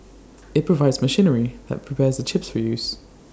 IT provides machinery that prepares the chips for use